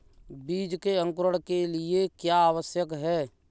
बीज के अंकुरण के लिए क्या आवश्यक है?